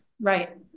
Right